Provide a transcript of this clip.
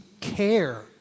care